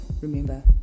remember